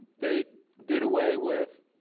they did away with